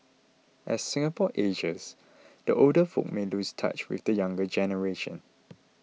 as Singapore ages the older folk may lose touch with the younger generation